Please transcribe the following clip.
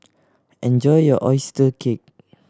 enjoy your oyster cake